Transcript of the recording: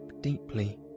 deeply